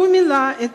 הוא מילא את